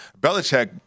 belichick